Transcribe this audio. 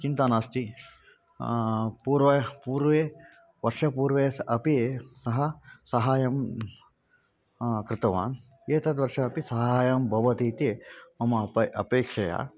चिन्ता नास्ति पूर्वे पूर्वे वर्षपूर्वम् अपि सः सहायं कृतवान् एतद्वर्षम् अपि सहायं भवति इति मम अपेक्षा अपेक्षया